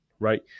right